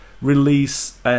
release